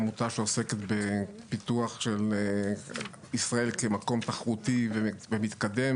עמותה שעוסקת בפיתוח של ישראל כמקום תחרותי ומתקדם.